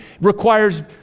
requires